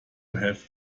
have